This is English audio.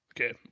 okay